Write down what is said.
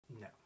no